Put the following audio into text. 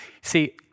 See